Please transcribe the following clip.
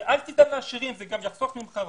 אל תיתן לעשירים זה יחסוך ממך הרבה,